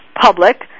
public